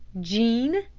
jean?